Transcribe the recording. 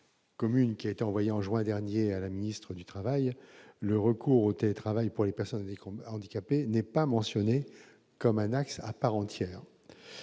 commune qui a été envoyé en juin dernier à la ministre du Travail, le recours au télétravail pour les personnes nées comme handicapé n'est pas mentionné comme un accès à part entière,